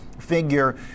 figure